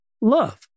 love